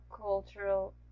cultural